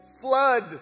flood